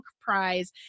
prize